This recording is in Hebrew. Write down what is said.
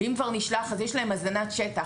ואם כבר נשלח, אז יש להם הזנת שטח.